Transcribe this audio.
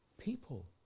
people